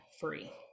free